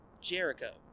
Jericho